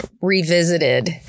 revisited